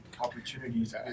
opportunities